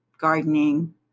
gardening